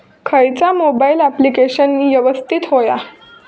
खयचा mobile application यवस्तित होया?